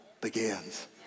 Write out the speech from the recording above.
begins